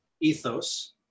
ethos